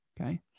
Okay